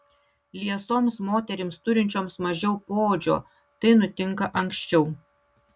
liesoms moterims turinčioms mažiau poodžio tai nutinka anksčiau